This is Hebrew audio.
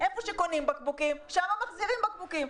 במקום שקונים בקבוקים שם מחזירים בקבוקים.